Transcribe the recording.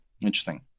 Interesting